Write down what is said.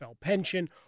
pension